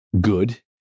good